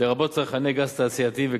לרבות צרכני גז תעשייתיים וקטנים.